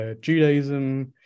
judaism